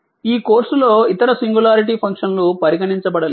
ఈ కోర్సులో ఇతర సింగులారిటీ ఫంక్షన్ లు పరిగణించబడలేదు